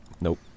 Nope